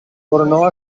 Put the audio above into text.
tornò